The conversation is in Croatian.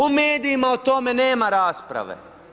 U medijima o tome nema rasprave.